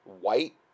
White